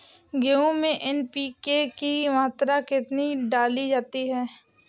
गेहूँ में एन.पी.के की मात्रा कितनी डाली जाती है?